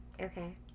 Okay